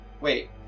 Wait